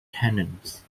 tenants